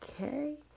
okay